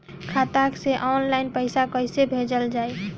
खाता से ऑनलाइन पैसा कईसे भेजल जाई?